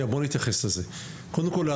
קודם כל,